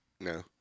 No